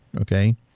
okay